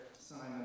Simon